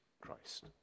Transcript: Christ